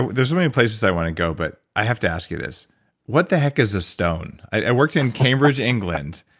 and there's so many places i want to go, but i have to ask you this what the heck is a stone? i worked in cambridge, england,